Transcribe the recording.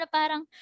parang